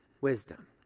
wisdom